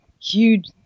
huge